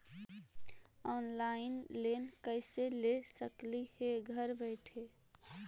Online loan कैसे ले सकली हे घर बैठे?